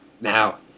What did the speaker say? Now